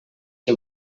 que